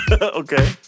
Okay